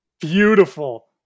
Beautiful